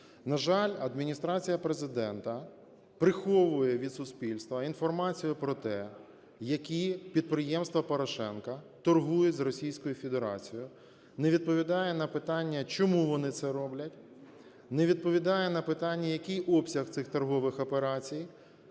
На жаль, Адміністрація Президента приховує від суспільства інформацію про те, які підприємства Порошенка торгують з Російською Федерацією. Не відповідає на питання, чому вони це роблять. Не відповідає на питання, який обсяг цих торгових операцій.